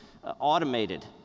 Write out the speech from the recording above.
automated